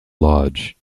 lodge